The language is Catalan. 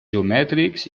geomètrics